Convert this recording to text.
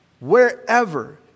wherever